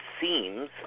seems